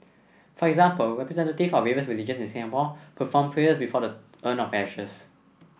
for example representative of various religions in Singapore performed prayers before the urn of ashes